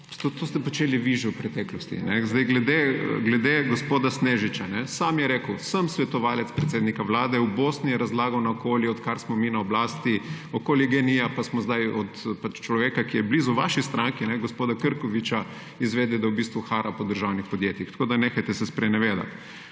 to ste počeli vi že v preteklosti. Zdaj glede gospoda Snežiča. Sam je rekel, sem svetovalec predsednika vlade. V Bosni je razlagal naokoli, odkar smo mi na oblasti, okoli Gen-I pa smo zdaj od človeka, ki je blizu vaši stranki, gospoda Krkoviča, izvedeli, da v bistvu hara po državnih podjetjih. Tako da se nehajte sprenevedati.